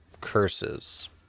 curses